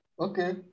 Okay